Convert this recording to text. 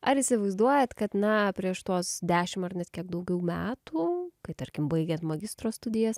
ar įsivaizduojat kad na prieš tuos dešimt ar net kiek daugiau metų kai tarkim baigėt magistro studijas